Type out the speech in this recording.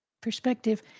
Perspective